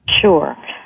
Sure